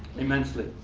immensely.